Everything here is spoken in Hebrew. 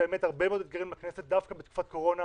יש הרבה מאוד אתגרים בכנסת דווקא בתקופת קורונה,